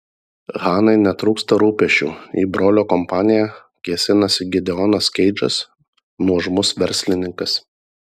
hanai netrūksta rūpesčių į brolio kompaniją kėsinasi gideonas keidžas nuožmus verslininkas